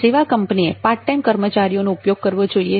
સેવા કંપનીએ પાર્ટટાઈમ કર્મચારીઓનો ઉપયોગ કરવો જોઈએ